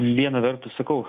viena vertus sakau